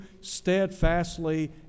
steadfastly